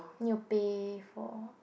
need to pay for